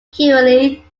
currently